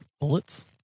Bullets